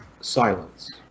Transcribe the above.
silence